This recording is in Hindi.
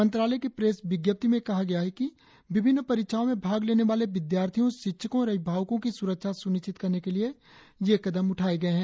मंत्रालय की प्रेस विज्ञप्ति में बताया गया है कि विभिन्न परीक्षाओं में भाग लेने वाले विद्यार्थियों शिक्षकों और अभिभावकों की सुरक्षा सुनिश्चित करने के लिए यह कदम उठाए गए हैं